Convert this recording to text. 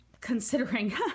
considering